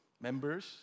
Members